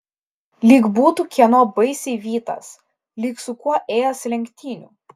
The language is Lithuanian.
lyg būtų kieno baisiai vytas lyg su kuo ėjęs lenktynių